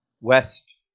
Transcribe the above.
West